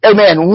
Amen